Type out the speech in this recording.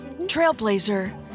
trailblazer